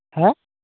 হ্যাঁ